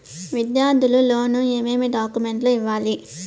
విద్యార్థులు లోను ఏమేమి డాక్యుమెంట్లు ఇవ్వాలి?